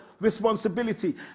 responsibility